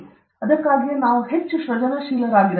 ಅದಕ್ಕಾಗಿಯೇ ನಾವು ಹೆಚ್ಚು ಸೃಜನಶೀಲರಾಗಿರಬೇಕು